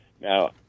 Now